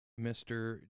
Mr